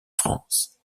france